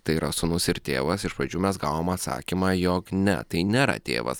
tai yra sūnus ir tėvas iš pradžių mes gavom atsakymą jog ne tai nėra tėvas